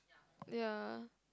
ya